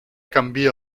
canvia